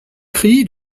cri